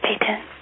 Peyton